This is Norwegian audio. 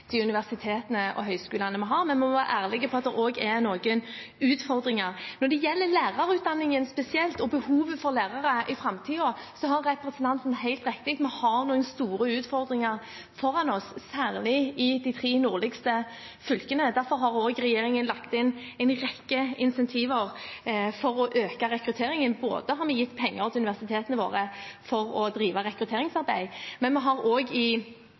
de universitetene og høyskolene vi har. Men vi må være ærlige om at det også er noen utfordringer. Når det gjelder lærerutdanningen spesielt og behovet for lærere i framtiden, har representanten helt rett: Vi har noen store utfordringer foran oss, særlig i de tre nordligste fylkene. Derfor har regjeringen også lagt inn en rekke incentiver for å øke rekrutteringen. Vi har gitt universitetene våre penger til å drive rekrutteringsarbeid, men vi har også – i